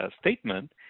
statement